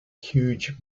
huge